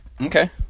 okay